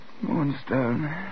Moonstone